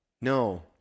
No